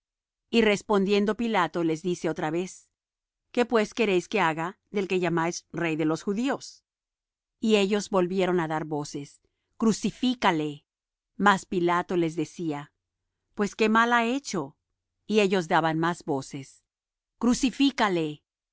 y respondiendo pilato les dice otra vez qué pues queréis que haga del que llamáis rey de los judíos y ellos volvieron á dar voces crucifícale mas pilato les decía pues qué mal ha hecho y ellos daban más voces crucifícale